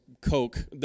Coke